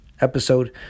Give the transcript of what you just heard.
episode